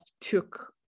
took